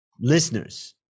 listeners